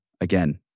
again